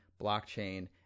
blockchain